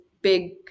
big